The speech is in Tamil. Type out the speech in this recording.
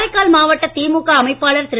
காரைக்கால் மாவட்ட திமுக அமைப்பாளர் திரு